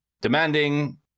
demanding